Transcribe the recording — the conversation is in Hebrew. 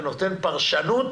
ונותן פרשנות